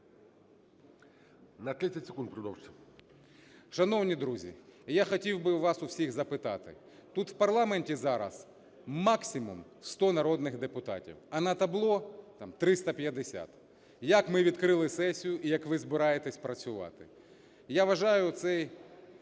На 30 секунд продовжити.